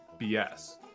BS